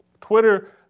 Twitter